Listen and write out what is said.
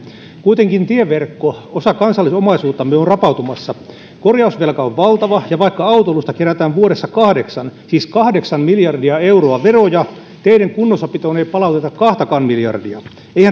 kuitenkin tieverkko osa kansallisomaisuuttamme on rapautumassa korjausvelka on valtava ja vaikka autoilusta kerätään vuodessa kahdeksan siis kahdeksan miljardia euroa veroja teiden kunnossapitoon ei palauteta kahtakaan miljardia eihän